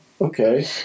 okay